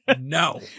no